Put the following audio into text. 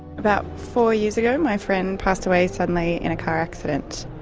about four years ago my friend passed away suddenly in a car accident.